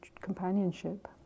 companionship